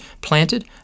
planted